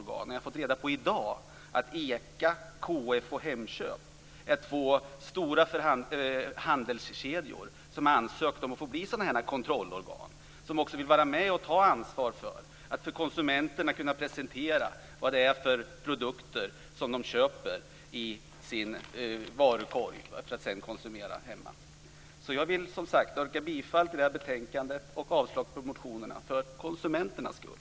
I dag har vi fått reda på att ICA, KF och Hemköp är stora handelskedjor som har ansökt om att få bli sådana kontrollorgan som vill vara med och ta ansvar för att kunna presentera för konsumenterna vilka produkter de lägger i sin varukorg för att konsumera hemma. Jag vill, som sagt, yrka bifall till betänkandet och avslag på motionerna för konsumenternas skull.